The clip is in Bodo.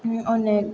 अनेख